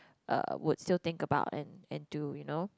uh would still think about and and do you know